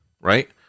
Right